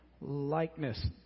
likeness